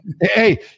hey